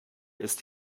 ist